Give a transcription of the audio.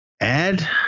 Add